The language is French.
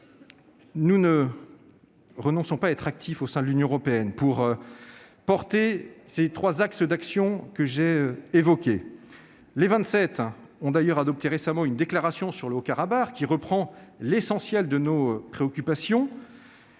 Nous ne renonçons pas à être actifs au sein de l'Union européenne pour promouvoir les trois axes d'action que je viens d'évoquer. Les Vingt-Sept ont d'ailleurs adopté récemment une déclaration sur le Haut-Karabagh, qui reprend l'essentiel de nos préoccupations.